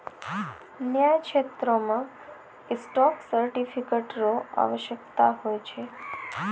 न्याय क्षेत्रो मे स्टॉक सर्टिफिकेट र आवश्यकता होय छै